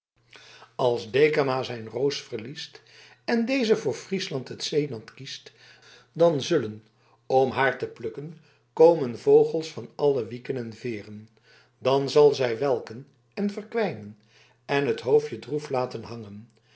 als dekama zijne roos verliest en deze voor friesland het zeenat kiest dan zullen om haar te plukken komen vogels van alle wieken en veeren dan zal zij welken en verkwijnen en t hoofdje droef laten hangen